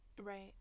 Right